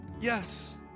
yes